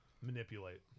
manipulate